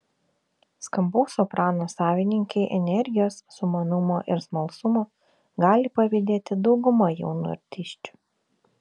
skambaus soprano savininkei energijos sumanumo ir smalsumo gali pavydėti dauguma jaunų artisčių